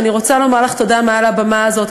אני רוצה לומר לך תודה מעל הבמה הזאת.